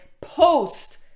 post